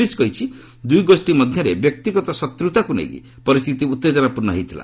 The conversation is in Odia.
ପୁଲିସ୍ କହିଛି ଦୁଇ ଗୋଷ୍ଠୀ ମଧ୍ୟରେ ବ୍ୟକ୍ତିଗତ ଶତ୍ରୁତାକୁ ନେଇ ପରିସ୍ଥିତି ଉତ୍ତେଜନାପୂର୍ଣ୍ଣ ହୋଇଥିଲା